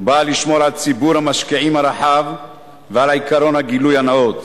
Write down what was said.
באה לשמור על ציבור המשקיעים הרחב ועל עקרון הגילוי הנאות,